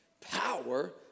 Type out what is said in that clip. power